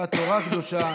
אותה תורה קדושה,